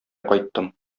кайттым